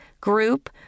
group